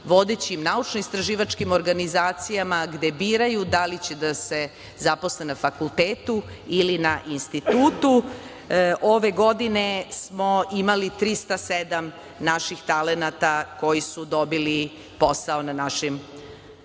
vodećim naučno-istraživačkim organizacijama gde biraju da li će da se zaposle na fakultetu ili na institutu. Ove godine smo imali 307 naših talenata koji su dobili posao u našim